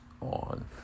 On